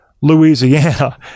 Louisiana